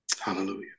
Hallelujah